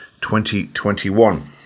2021